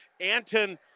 Anton